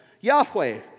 Yahweh